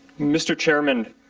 mr. chairman,